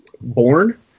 born